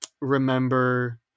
remember